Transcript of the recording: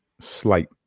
Slight